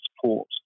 support